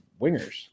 wingers